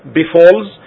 befalls